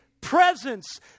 presence